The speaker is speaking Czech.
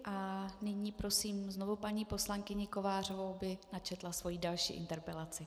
A nyní prosím znovu paní poslankyni Kovářovou, aby načetla svoji další interpelaci.